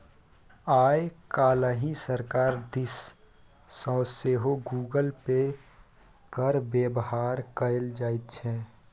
आय काल्हि सरकार दिस सँ सेहो गूगल पे केर बेबहार कएल जाइत छै